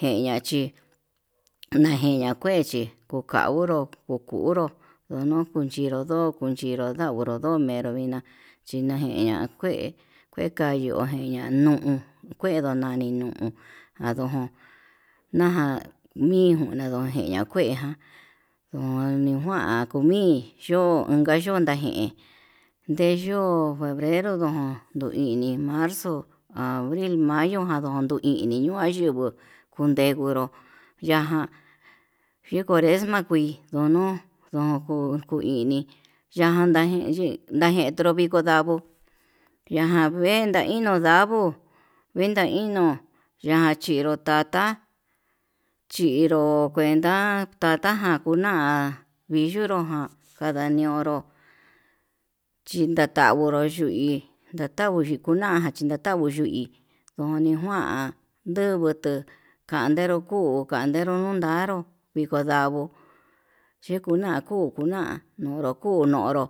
jeña'a chí najeña'a kué chí kuaunró okunró nun kunchinro ndoko uun chinro ndauró nomero vina'a chí najiña kué, kue kayo njiña nuu uun kue ndonani nuu andojón naján mijun nadojeña kuejan nuniva komi cho'o chonda jin ndeyo'o febrero ndon ini marzo, abril, mayo ján ndondo ini ñoi yunguu kondenguoro yajan ndi cuaresma kuii yono'o najuu kuu ini yanda nji xhii ndajentro ndiko ndanguo yajan venta ino'o ndavo'o kuenta ino'o yan chinro tata chinro kuenta tata ján kuna'a viyunru ján kanda nionro chintan tanvonro yui ndatau yikunaján yatanguo yui ndoni njuuan ndungutu, kandenru kuu kandero undaruu viko ndanguu chikuna kuu chikuna'a nonro kuu nonró.